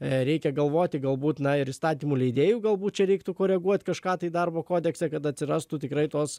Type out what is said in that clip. reikia galvoti galbūt na ir įstatymų leidėjų galbūt čia reiktų koreguot kažką tai darbo kodekse kad atsirastų tikrai tos